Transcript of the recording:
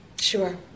Sure